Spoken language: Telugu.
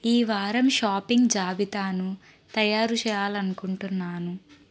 ఈ వారం షాపింగ్ జాబితాను తయారు చేయాలనుకుంటున్నాను